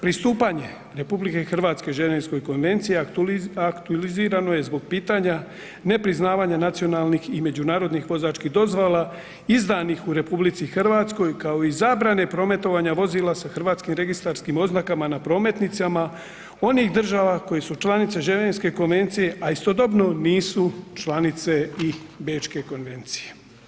Pristupanje RH Ženevskoj konvenciji aktualizirano je zbog pitanja nepriznavanja nacionalnih i međunarodnih vozačkih dozvola izdanih u RH kao i zabrane prometovanja vozila sa hrvatskim registarskim oznakama na prometnicama onih država koje su članice Ženevske konvencije a istodobno nisu članice i Bečke konvencije.